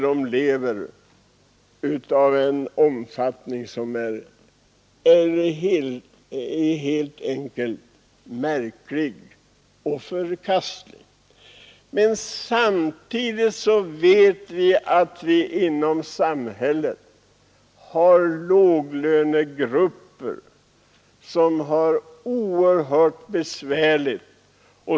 Det är anmärkningsvärt och förkastligt. Samtidigt har vi i vårt samhälle låglönegrupper som lever under oerhört besvärliga förhållanden.